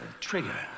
trigger